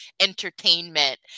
entertainment